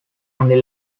only